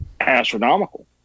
astronomical